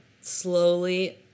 slowly